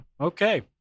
Okay